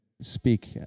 speak